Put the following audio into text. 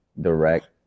direct